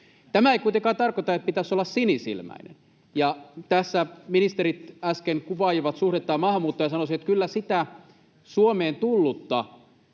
Tämä ei kuitenkaan tarkoita, että pitäisi olla sinisilmäinen. Tässä ministerit äsken kuvailivat suhdettaan maahanmuuttajiin, ja sanoisin, että kyllä sitä Suomeen tullutta